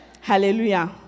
Hallelujah